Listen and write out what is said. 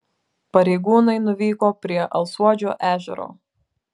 pareigūnai nuvyko prie alsuodžio ežero